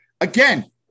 Again